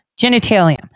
genitalium